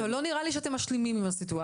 לא נראה לי שאתם משלימים עם הסיטואציה.